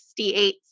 68